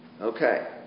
Okay